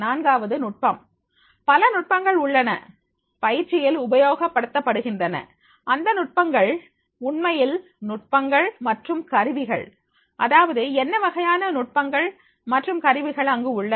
நான்காவது நுட்பம் பல நுட்பங்கள் உள்ளன பயிற்சியில் உபயோகப்படுத்தப்படுகின்றன அந்தத் நுட்பங்கள் உண்மையில் நுட்பங்கள் மற்றும் கருவிகள் அதாவது என்ன வகையான நுட்பங்கள் மற்றும் கருவிகள் அங்கு உள்ளன